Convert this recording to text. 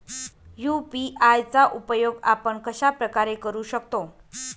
UPI चा उपयोग आपण कशाप्रकारे करु शकतो?